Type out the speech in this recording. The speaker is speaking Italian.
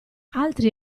altri